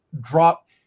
drop